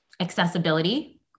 accessibility